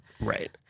Right